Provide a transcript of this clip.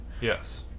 Yes